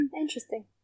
Interesting